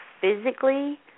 physically